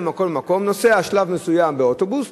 ממקום למקום הוא נוסע שלב מסוים באוטובוס,